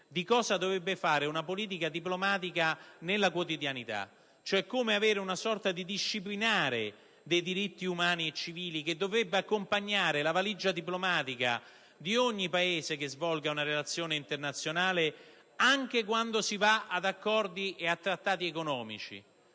azioni dovrebbe dispiegare una politica diplomatica nella quotidianità. Sarebbe quasi il caso di creare una sorta di disciplinare dei diritti umani e civili che dovrebbe accompagnare la valigia diplomatica di ogni Paese che svolga una relazione internazionale, anche quando si presenta a stipulare accordi e trattati economici.